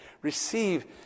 receive